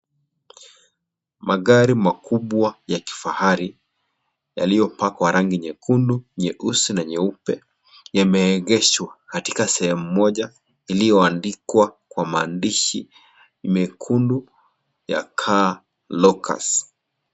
Magari makubwa ya kifahari yaliyopakwa rangi nyekundu, nyeusi na nyeupe, yameegeshwa katika sehemu moja iliyoandikwa kwa maadish mekundu ya CAR LOCUS .